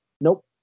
Nope